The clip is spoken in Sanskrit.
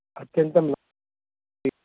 अत्यन्तम्